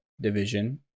division